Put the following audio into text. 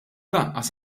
lanqas